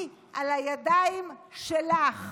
היא על הידיים שלך.